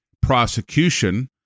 prosecution